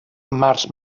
març